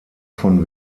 von